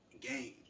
game